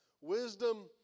Wisdom